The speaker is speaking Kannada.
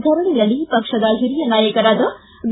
ಧರಣಿಯಲ್ಲಿ ಪಕ್ಷದ ಹಿರಿಯ ನಾಯಕರಾದ ಬಿ